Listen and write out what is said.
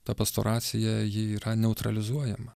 ta pastoracija ji yra neutralizuojama